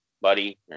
buddy